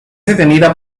detenida